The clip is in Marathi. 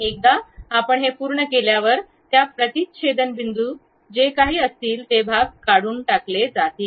एकदा आपण पूर्ण केल्यावर त्या प्रतिच्छेदन बिंदू जे काही असतील ते भाग काढून टाकले जातील